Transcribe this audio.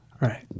Right